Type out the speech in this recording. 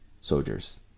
soldiers